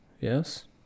Yes